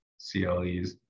CLEs